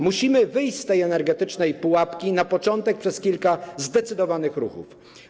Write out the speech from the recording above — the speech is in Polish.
Musimy wyjść z tej energetycznej pułapki, na początek przez kilka zdecydowanych ruchów.